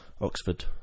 Oxford